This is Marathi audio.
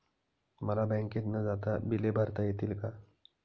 मला बँकेत न जाता बिले भरता येतील का?